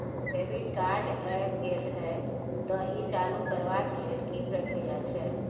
Debit card ऐब गेल हैं त ई चालू करबा के लेल की प्रक्रिया छै?